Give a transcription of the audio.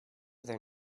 their